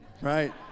right